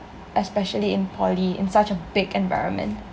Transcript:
especially in poly in such a big environment